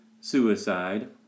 suicide